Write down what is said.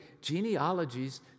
genealogies